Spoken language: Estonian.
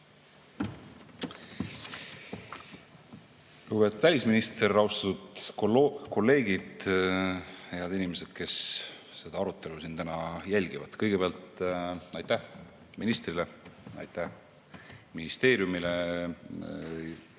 välisminister! Austatud kolleegid! Head inimesed, kes seda arutelu siin täna jälgivad! Kõigepealt aitäh ministrile, ministeeriumile